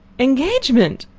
engagement!